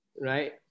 right